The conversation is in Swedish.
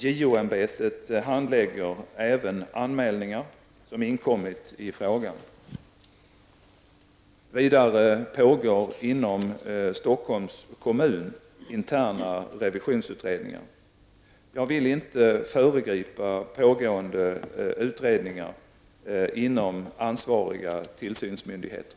JO-ämbetet handlägger även anmälningar som inkommit i frågan. Vidare pågår inom Stockholms kommun interna revisionsutredningar. Jag vill inte föregripa pågående utredningar inom ansvariga tillsynsmyndigheter.